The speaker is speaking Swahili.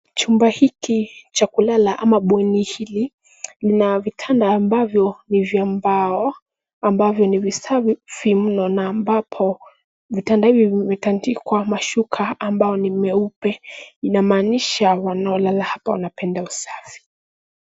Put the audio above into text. Chumba hiki cha kulala ama bweni hili lina vitanda ambavyo ni vya mbao ambavyo ni visafi vimno na ambapo vitanda hivi vimetandikwa mashuka ambao ni meupe inamaanisha wanaolala hapa wanapenda usafi.